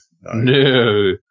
No